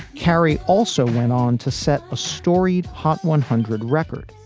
carey also went on to set a storied hot one hundred record,